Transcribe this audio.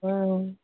ꯎꯝ